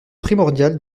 primordial